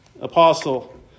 apostle